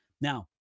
Now